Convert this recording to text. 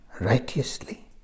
righteously